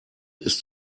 ist